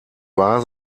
wahr